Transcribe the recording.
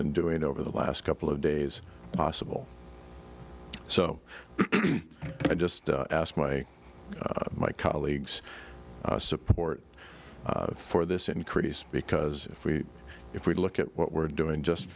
and doing over the last couple of days possible so i just ask my my colleagues support for this increase because if we if we look at what we're doing just